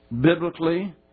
biblically